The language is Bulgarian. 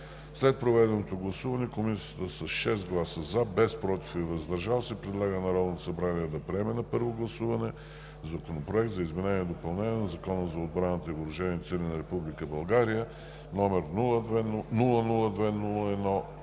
След проведеното гласуване Комисията с 6 гласа „за“, без „против“ и „въздържал се“ предлага на Народното събрание да приеме на първо гласуване Законопроект за изменение и допълнение на Закона за отбраната и Въоръжените сили на Република България, № 002019,